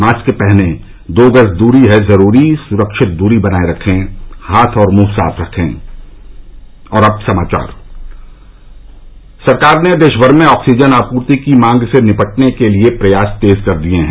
mask पहनें दो गज दूरी है जरूरी सुरक्षित दूरी बनाये रखें हाथ और मुंह साफ रखें सरकार ने देश भर में ऑक्सीजन आपूर्ति की मांग से निपटने के लिए प्रयास तेज किए दिए हैं